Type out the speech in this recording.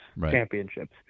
championships